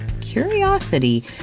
curiosity